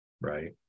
right